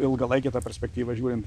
ilgalaikė ta perspektyva žiūrint